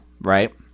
right